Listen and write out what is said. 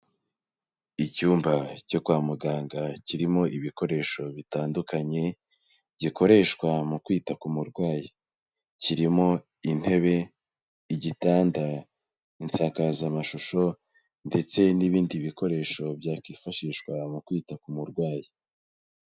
Icyumba cyo kwa muganga kirimo ibikoresho bitandukanye, gikoreshwa mu kwita ku murwayi. Kirimo intebe, igitanda, insakazamashusho ndetse n'ibindi bikoresho byakwifashishwa mu kwita ku murwayi.